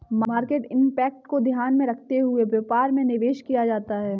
market impact को ध्यान में रखते हुए व्यापार में निवेश किया जाता है